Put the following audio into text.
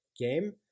game